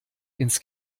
ins